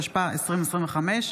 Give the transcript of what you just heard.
התשפ"ה 2025,